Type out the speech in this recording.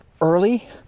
early